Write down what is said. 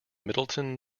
middletown